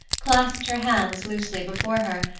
clasped her hands loosely before her,